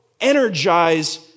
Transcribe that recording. Energize